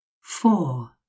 Four